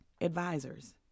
advisors